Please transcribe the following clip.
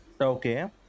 Okay